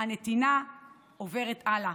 הנתינה עוברת הלאה.